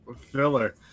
filler